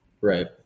Right